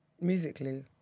Musically